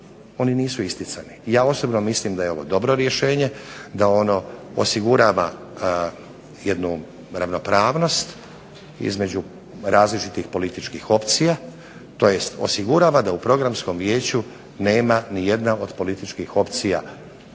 Oni nisu isticani. Ja osobno mislim da je ovo dobro rješenje, da ono osigurava jednu ravnopravnost između različitih političkih opcija, tj. osigurava da u Programskom vijeću nema ni jedne od političkih opcija